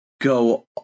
go